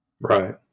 Right